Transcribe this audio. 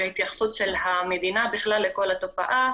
והתייחסות של המדינה בכלל לכל התופעה